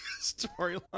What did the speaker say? storyline